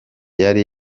yari